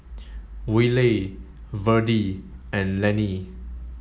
Wylie Verdie and Lennie